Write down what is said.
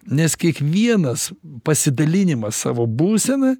nes kiekvienas pasidalinimas savo būsena